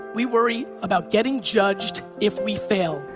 we worry about getting judged if we fail.